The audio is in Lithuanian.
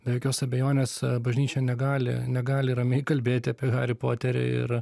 be jokios abejonės bažnyčia negali negali ramiai kalbėti apie harį poterį ir